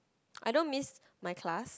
I don't miss my class